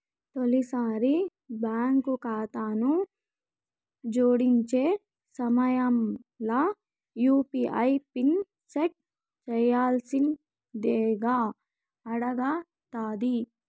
తొలిసారి బాంకు కాతాను జోడించే సమయంల యూ.పీ.ఐ పిన్ సెట్ చేయ్యాల్సిందింగా అడగతాది